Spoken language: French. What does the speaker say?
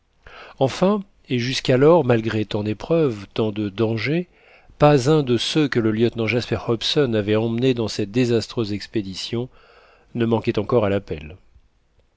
enfin et jusqu'alors malgré tant d'épreuves tant de dangers pas un de ceux que le lieutenant jasper hobson avait emmenés dans cette désastreuse expédition ne manquait encore à l'appel